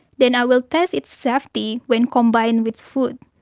then i will test its safety when combined with food.